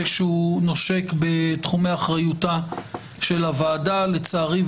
שנושק לתחומי אחריותה של הוועדה: לצערי,